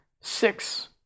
six